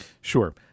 Sure